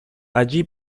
allí